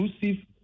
inclusive